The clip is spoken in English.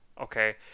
Okay